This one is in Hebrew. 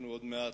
אנחנו עוד מעט,